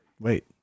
Wait